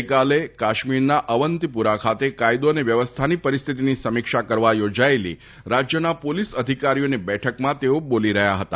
ગઈકાલે કાશ્મીરના અવંતીપુરા ખાતે કાયદો અને વ્યવસ્થાની પરિસ્થિતિની સમીક્ષા કરવા યોજાયેલી રાજ્યના પોલીસ અધિકારીઓની બેઠકમાં તેઓ બોલી રહ્યા હતા